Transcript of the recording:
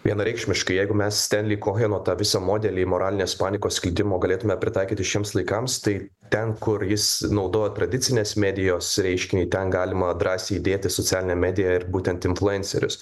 vienareikšmiškai jeigu mes stenli koheno tą visą modelį moralinės panikos skleidimo galėtume pritaikyti šiems laikams tai ten kur jis naudojo tradicinės medijos reiškinį ten galima drąsiai dėti socialinę mediją ir būtent influencerius